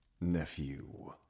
nephew